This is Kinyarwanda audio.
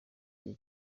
gihe